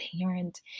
parent